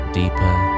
deeper